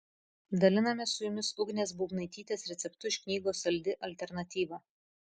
dalinamės su jumis ugnės būbnaitytės receptu iš knygos saldi alternatyva